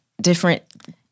different